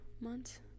months